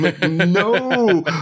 No